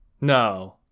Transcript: No